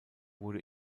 wurde